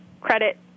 credit